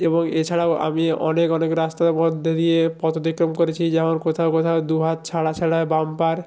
এবং এছাড়াও আমি অনেক অনেক রাস্তার মধ্যে দিয়ে পথ অতিক্রম করেছি যেমন কোথাও কোথাও দু হাত ছাড়া ছাড়া বাম্পার